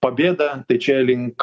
pabėda tai čia link